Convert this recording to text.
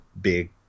big